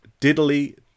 Diddly